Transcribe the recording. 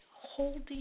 holding